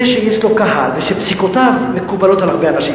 זה שיש לו קהל ופסיקותיו מקובלות על הרבה אנשים.